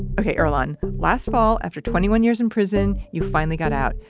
okay earlonne, last fall, after twenty one years in prison, you finally got out.